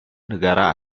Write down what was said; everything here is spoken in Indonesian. negara